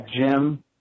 Jim